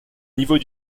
niveaux